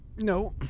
No